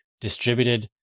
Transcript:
distributed